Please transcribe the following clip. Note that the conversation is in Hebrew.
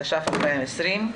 התש"ף-2020.